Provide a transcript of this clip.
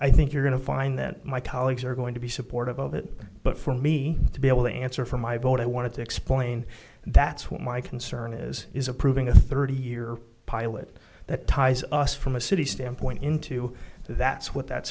i think you're going to find that my colleagues are going to be supportive of it but for me to be able to answer for my vote i wanted to explain that's what my concern is is approving a thirty year pilot that ties us from a city standpoint into that's what that